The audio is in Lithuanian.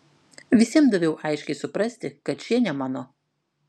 visiems daviau aiškiai suprasti kad šie ne mano